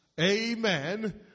Amen